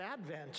Advent